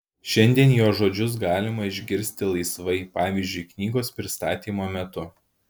šiandien jo žodžius galima išgirsti laisvai pavyzdžiui knygos pristatymo metu